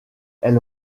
elle